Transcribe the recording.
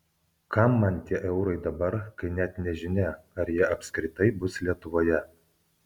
kam man tie eurai dabar kai net nežinia ar jie apskritai bus lietuvoje